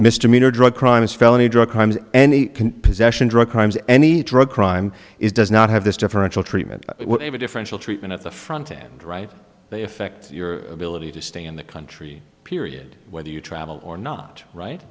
mr meaner drug crimes felony drug crimes and possession drug crimes any drug crime is does not have this differential treatment differential treatment at the front end right effect your ability to stay in the country period whether you travel or not right